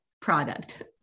product